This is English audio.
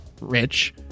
Rich